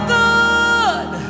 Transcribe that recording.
good